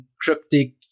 cryptic